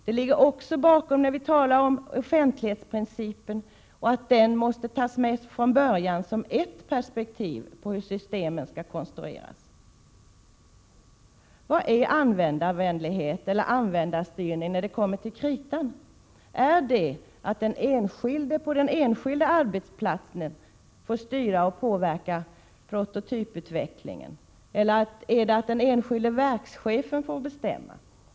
Det ligger även bakom talet om offentlighetsprincipen, som måste tas med från början som ett perspektiv på hur systemen skall konstrueras. Vad är användarvänlighet, eller användarstyrning, när det kommer till kritan? Är det att den enskilde på den enskilda arbetsplatsen får styra och påverka prototyputvecklingen? Är det att den enskilde verkschefen får bestämma?